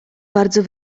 bardzo